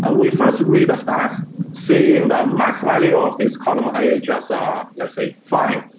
and we first read the stats saying the max value of this column, i ah just ah let's say five,